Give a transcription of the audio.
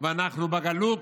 ואנחנו בגלות.